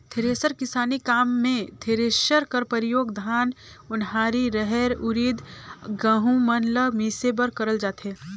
thresher किसानी काम मे थरेसर कर परियोग धान, ओन्हारी, रहेर, उरिद, गहूँ मन ल मिसे बर करल जाथे